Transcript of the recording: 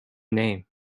name